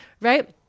right